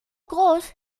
groß